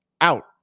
out